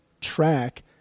track